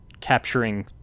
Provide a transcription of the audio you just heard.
capturing